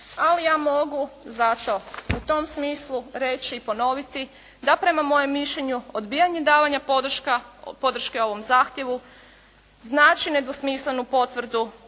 ali ja mogu zato u tom smislu reći i ponoviti da prema mojem mišljenju odbijanjem davanja podrške ovom zahtjevu znači nedvosmislenu potvrdu